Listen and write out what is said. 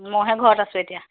মইহে ঘৰত আছোঁ এতিয়া